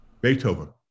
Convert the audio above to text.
Beethoven